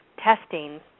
testing